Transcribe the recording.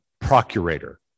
procurator